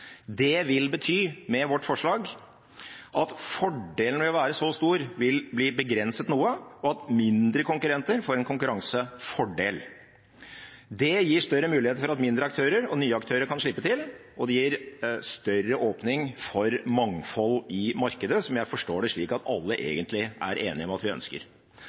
Det vil med vårt forslag bety at fordelen med å være så stor vil bli begrenset noe, og at mindre konkurrenter får en konkurransefordel. Det gir større muligheter for at mindre aktører og nye aktører kan slippe til, og det gir større åpning for mangfold i markedet, slik jeg forstår at alle egentlig er enige om at vi ønsker.